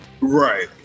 right